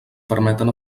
permeten